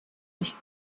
ich